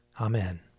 Amen